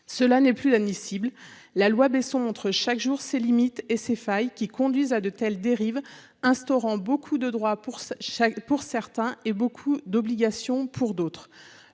cela n'est plus l'admissible, la loi Besson entre chaque jour ses limites et ses failles qui conduisent à de telles dérives instaurant beaucoup de droit pour chaque pour certains et beaucoup d'obligations pour d'autres,